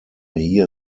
hier